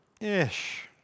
ish